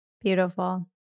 Beautiful